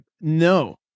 no